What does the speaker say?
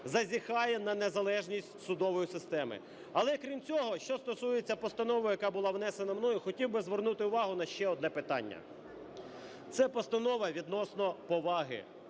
зазіхає на незалежність судової системи. Але, крім цього, що стосується постанови, яка була внесена мною, хотів би звернути увагу на ще одне питання. Це постанова відносно поваги.